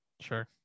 Sure